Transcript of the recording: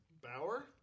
Bauer